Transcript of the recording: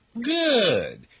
Good